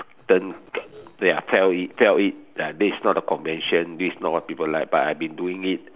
turn ya felt it felt it uh this not a convention this not what people like but I've been doing it